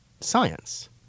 science